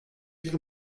sich